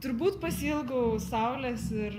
turbūt pasiilgau saulės ir